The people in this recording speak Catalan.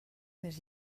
més